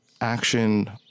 action